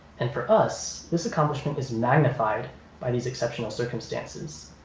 and for us this accomplishment is magnified by these exceptional circumstances.